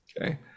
Okay